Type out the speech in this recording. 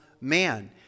man